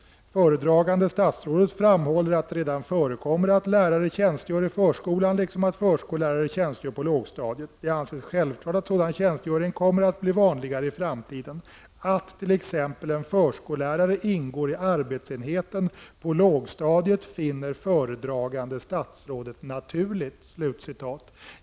Det föredragande statsrådet framhåller att det redan förekommer att lärare tjänstgör i förskolan, liksom att förskollärare tjänstgör på lågstadiet. Det anses självklart att sådan tjänstgöring kommer att bli vanligare i framtiden. Att t.ex. en förskollärare ingår i arbetsenheten på lågstadiet finner det föredragande statsrådet naturligt.